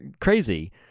crazy